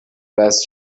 وصل